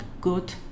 good